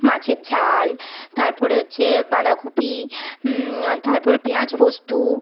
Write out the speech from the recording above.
মাছের ঝাল তার পরে হচ্ছে বাঁধাকপি তার পরে পেঁয়াজ পোস্ত